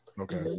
Okay